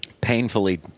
painfully